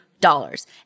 dollars